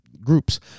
groups